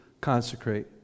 consecrate